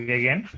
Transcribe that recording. again